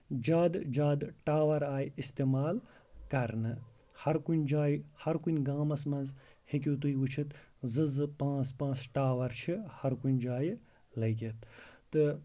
زیادٕ زیادٕ ٹاور آیہِ اِستعمال کرنہٕ ہَر کُنہِ جایہِ ہر کُنہِ گامَس منز ہیٚکِو تُہۍ وٕچھِتھ زٕزٕ پانٛژھ پانژھ ٹاوَر چھِ ہَر کُنہِ جایہِ لٔگِتھ تہٕ